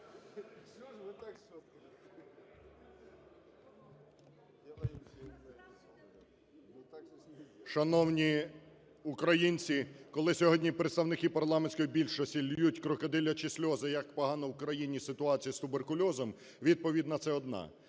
Шановні українці, коли сьогодні представники парламентської більшості ллють крокодилячі сльози, як погано в країні ситуація з туберкульозом, відповідь на це одна: